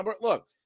Look